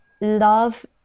love